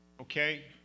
okay